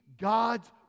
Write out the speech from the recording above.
God's